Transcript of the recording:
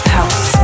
House